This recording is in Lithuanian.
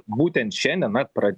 būtent šiandien ar pra